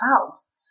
clouds